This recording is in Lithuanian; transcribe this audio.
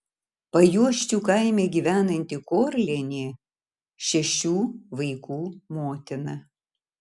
pajuosčių kaime gyvenanti korlienė šešių vaikų motina